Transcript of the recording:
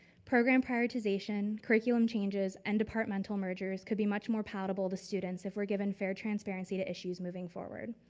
programmed prioritization, curriculum changes and departmental mergers could be much more palatable to students if we're given fair transparencies to issues moving forward.